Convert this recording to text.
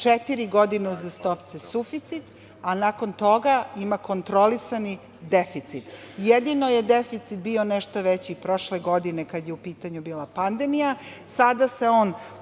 četiri godine uzastopce suficit, a nakon toga ima kontrolisani deficit. Jedino je deficit bio nešto veći prošle godine kada je u pitanju bila pandemija.